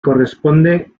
corresponde